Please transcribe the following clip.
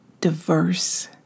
diverse